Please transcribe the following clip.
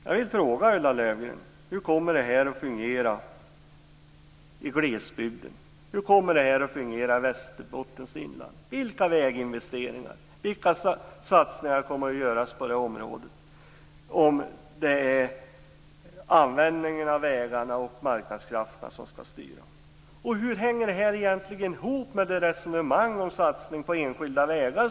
Jag vill fråga Ulla Löfgren: Hur kommer det att fungera i glesbygden? Hur kommer det att fungera i Västerbottens inland? Vilka väginvesteringar och vilka satsningar kommer att göras i det området om det är användningen av vägarna och marknadskrafterna som skall styra? Hur hänger detta egentligen ihop med det resonemang som Ulla Löfgren nyss förde om satsning på enskilda vägar?